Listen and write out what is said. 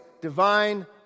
divine